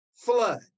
Flood